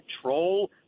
control